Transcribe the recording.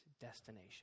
destination